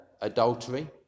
adultery